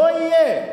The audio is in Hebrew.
לא יהיה.